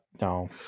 No